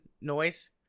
noise